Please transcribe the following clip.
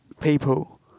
people